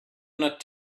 not